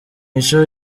inshuro